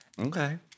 Okay